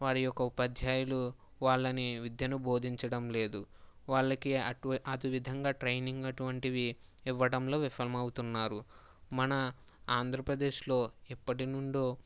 వారి యొక్క ఉపాధ్యాయులు వాళ్ళని విద్యను బోధించడం లేదు వాళ్ళకి అట్ అతు విధంగా ట్రైనింగ్ అటువంటివి ఇవ్వడంలో విఫలం అవుతున్నారు మన ఆంధ్రప్రదేశ్లో ఎప్పటినుండో